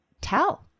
tell